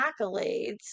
accolades